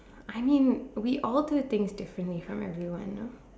I mean we all do things differently from everyone you know